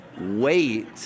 wait